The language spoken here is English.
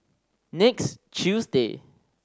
next Tuesday